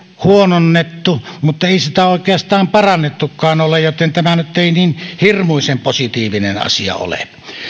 huononnettu mutta ei sitä oikeastaan parannettukaan ole joten tämä nyt ei niin hirmuisen positiivinen asia ole